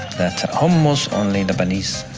that hummus only lebanese.